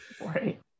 Right